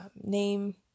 name